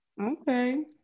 Okay